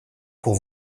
pour